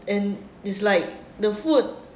and it's like the food